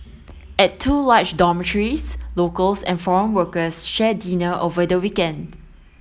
at two large dormitories locals and foreign workers share dinner over the weekend